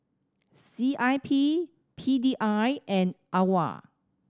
C I P P D I and AWARE